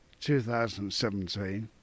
2017